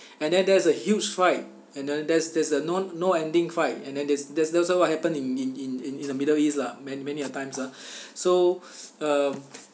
man~ many a times lah so uh and then there's a huge fight and then there's there's a non no ending fight and then that's that's also what happened in in in in in the middle east lah